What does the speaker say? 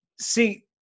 See